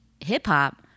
hip-hop